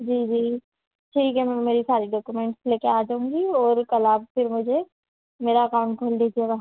जी जी ठीक है मैम मैं यह सारे डॉकोमेंट्स लेकर आ जाऊँगी और कल आप फिर मुझे मेरा अकाउंट खोल दीजिएगा